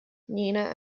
nina